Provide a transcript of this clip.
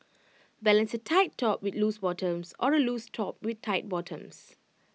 balance A tight top with loose bottoms or A loose top with tight bottoms